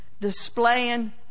displaying